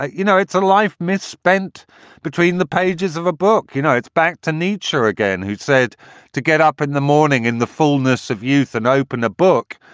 ah you know, it's a life misspent between the pages of a book. you know, it's back to nature again. who'd said to get up in the morning in the fullness of youth and open a book?